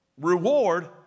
reward